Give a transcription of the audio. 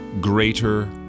greater